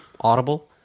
audible